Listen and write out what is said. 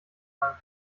meinem